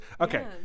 okay